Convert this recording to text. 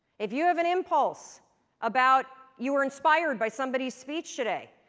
if you have an impulse about, you were inspired by somebody's speech today,